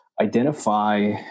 identify